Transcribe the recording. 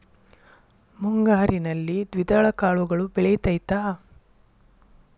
ಮುಂಗಾರಿನಲ್ಲಿ ದ್ವಿದಳ ಕಾಳುಗಳು ಬೆಳೆತೈತಾ?